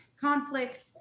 conflict